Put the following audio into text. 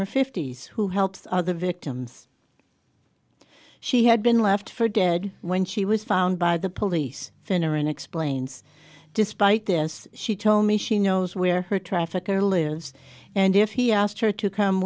her fifty's who helps other victims she had been left for dead when she was found by the police finneran explains despite this she told me she knows where her trafficker lives and if he asked her to come